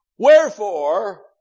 Wherefore